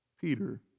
Peter